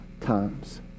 times